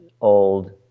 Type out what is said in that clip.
old